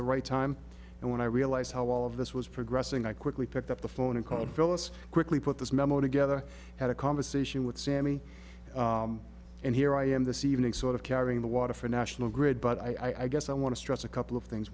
the right time and when i realized how all of this was progressing i quickly picked up the phone and called fellas quickly put this memo together had a conversation with sammy and here i am this evening sort of carrying the water for a national grid but i guess i want to stress a couple of things